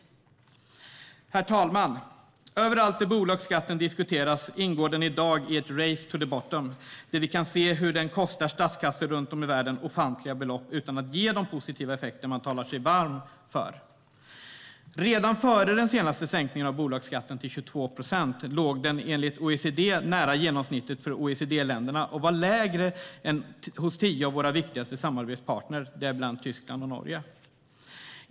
Herr talman! Överallt där bolagsskatten diskuteras ingår den i dag i ett race to the bottom. Vi kan se hur den kostar statskassor runt om i världen ofantliga belopp utan att ge de positiva effekter man talar sig varm för. Redan före den senaste sänkningen av bolagsskatten till 22 procent låg den enligt OECD nära genomsnittet för OECD-länderna och var lägre än hos tio av våra viktigaste samarbetspartner, däribland Tyskland och Norge.